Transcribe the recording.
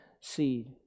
seed